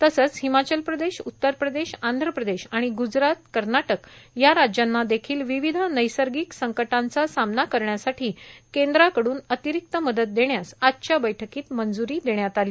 तसंच हिमाचल प्रदेश उत्तर प्रदेश आणि ग्जरात कर्नाटक या राज्यांना देखील विविध नैसर्गिक संकटांचा सामना करण्यासाठी केंद्राकडून अतिरिक्त मदत देण्यास आजच्या बैठकीत मंजुरी देण्यात आली